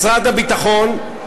משרד הביטחון,